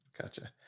gotcha